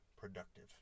productive